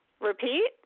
Repeat